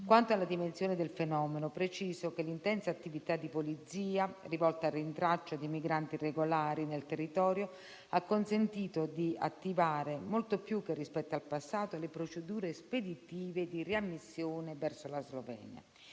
Quanto alla dimensione del fenomeno, preciso che l'intensa attività di polizia, rivolta al rintraccio di migranti irregolari nel territorio, ha consentito di attivare, molto più che rispetto al passato, le procedure speditive di riammissione verso la Slovenia.